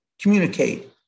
communicate